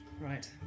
Right